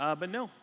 ah but no,